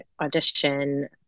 audition